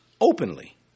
openly